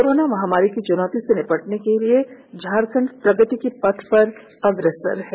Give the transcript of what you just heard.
corona महामारी की चुनौती से निबटते हुए झारखंड प्रगति के पथ पर अग्रसर है